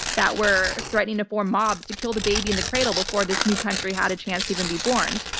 that were threatening to form mobs to kill the baby in the cradle before this new country had a chance to even be born.